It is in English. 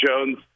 Jones